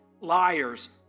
Liars